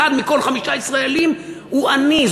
אחד מכל חמישה ישראלים הוא עני,